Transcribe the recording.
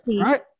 Right